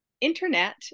internet